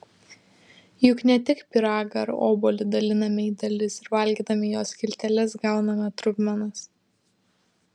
juk ne tik pyragą ar obuolį daliname į dalis ir valgydami jo skilteles gauname trupmenas